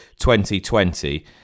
2020